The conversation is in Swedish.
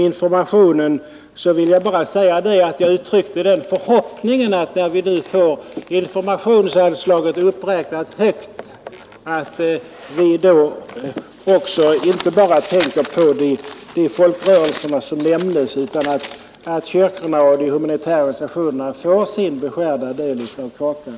Jag vill uttrycka den förhoppningen att vi när vi här får informations anslaget uppräknat, inte bara tänker på de folkrörelser som nämndes utan även på att kyrkorna och de humanitära organisationerna skall få sin beskärda del av kakan.